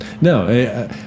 No